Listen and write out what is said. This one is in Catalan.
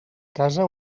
casa